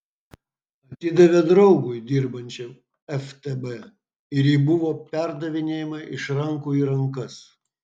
atidavė draugui dirbančiam ftb ir ji buvo perdavinėjama iš rankų į rankas